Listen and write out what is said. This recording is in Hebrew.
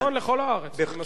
נכון, לכל הארץ, אני מסכים.